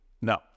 no